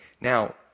Now